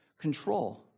Control